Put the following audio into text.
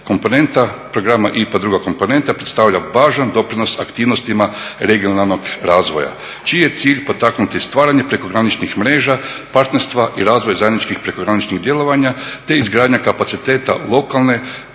Komponenta programa IPA, druga komponenta, predstavlja važan doprinos aktivnostima regionalnog razvoja čiji je cilj potaknuti stvaranje prekograničnih mreža, partnerstva i razvoja zajedničkih prekograničnih djelovanja te izgradnja kapaciteta lokalne